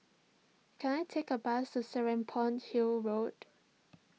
can I take a bus to Serapong Hill Road